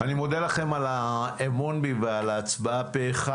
אני מודה לכם על האמון בי ועל ההצבעה פה אחד.